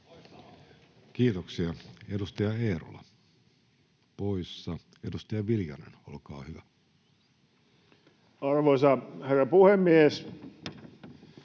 Kiitoksia. — Edustaja Eerola, poissa. — Edustaja Viljanen, olkaa hyvä. Arvoisa herra puhemies!